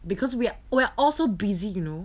because we are we're all so busy you know